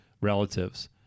relatives